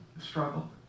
struggle